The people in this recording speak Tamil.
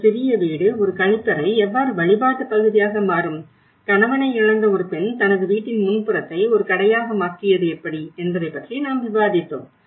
ஒரு சிறிய வீடு ஒரு கழிப்பறை எவ்வாறு வழிபாட்டுப் பகுதியாக மாறும் கணவனை இழந்த ஒரு பெண் தனது வீட்டின் முன்புறத்தை ஒரு கடையாக மாற்றியது எப்படி என்பது பற்றி நாம் விவாதித்தோம்